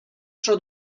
tro